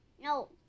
No